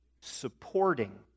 supporting